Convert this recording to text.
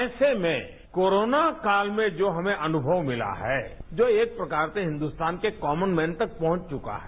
ऐसे में कोरोना काल में जो हमें अनुभव मिला है जो एक प्रकार से हिन्दुस्तान के कॉमन मेन तक पहुंच चुका है